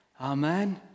Amen